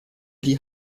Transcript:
die